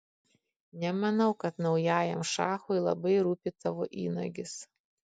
nemanau kad naujajam šachui labai rūpi tavo įnagis